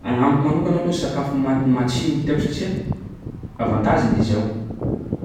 Agnamiko manokana aloha sakafo mat- matsiro no tiako satsia avantage-ny de zao: